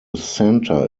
centre